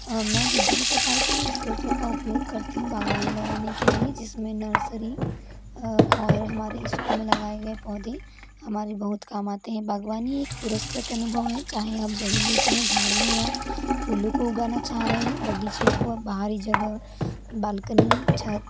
मैं विभिन्न प्रकार के स्रोतों का उपयोग करती हूँ बागबानी लगाने के लिए जिसमें नर्सरी और हमारे स्कूल में लगाए गए पौधे हमारे बहुत काम आते हैं बागबानी एक पुरस्कृत अनुभव है चाहे आप जड़ी बूटियों झाड़ियों या फूलों को उगाना चाह रहे हों बगीचे को बाहरी जगह बालकनी छत